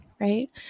right